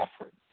effort